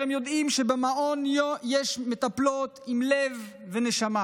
הם יודעים שבמעון יש מטפלות עם לב ונשמה